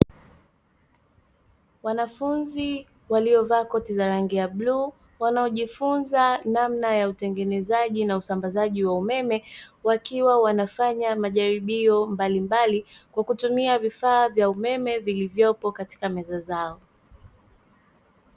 Wanafunzi waliovaa koti za rangi ya bluu wanaojifunza namna ya utengenezaji na usambazaji wa umeme, wakiwa wanafanya majaribio mbalimbali kwa kutumia vifaa vya umeme vilivyopo katika meza zao.